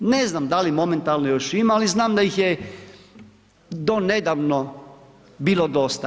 Ne znam da li momentalno još ima ali znam da ih je do nedavno bilo dosta.